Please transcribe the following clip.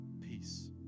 peace